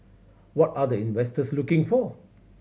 what are the investors looking for